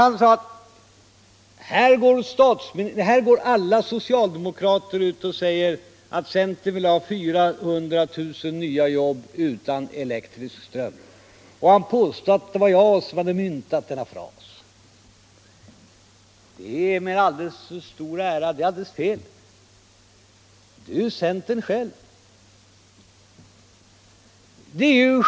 Herr Fälldin förklarade att här går alla socialdemokrater ut och säger att centern vill ha 400 000 nya jobb utan elektrisk ström, och han påstod att det var jag som hade myntat den frasen. Det är alldeles fel, och det är att göra mig alltför stor ära. Det är ju centern själv som har gjort det.